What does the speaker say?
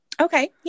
Okay